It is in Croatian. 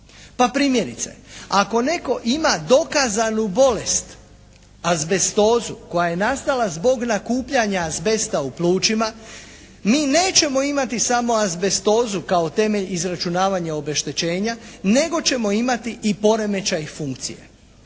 Pa primjerice ako netko ima dokazanu bolest, azbestozu koja je nastala zbog nakupljanja azbesta u plućima, mi nećemo imati samo azbestozu kao temelj izračunavanja obeštećenja nego ćemo imati i poremećaj funkcije.